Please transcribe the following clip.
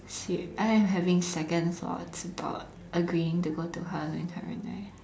I am having second thoughts about agreeing to go to Halloween Horror Night